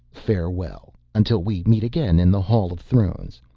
farewell, until we meet again in the hall of thrones.